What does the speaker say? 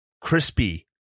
crispy